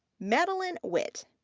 madelyn witt.